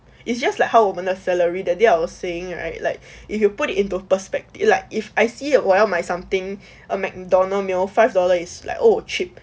it's just like how 我们的 salary that day I was saying right like if you put into perspective like if I see 我要买 something a mcdonald's meal five dollars like old cheap